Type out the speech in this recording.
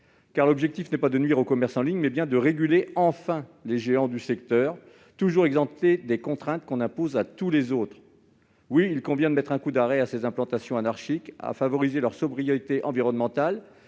l'objectif n'est pas de nuire au commerce en ligne, mais de réguler enfin les géants du secteur, toujours exemptés des contraintes que l'on impose à tous les autres. Oui, il convient de mettre un coup d'arrêt à ces implantations anarchiques, de favoriser leur sobriété environnementale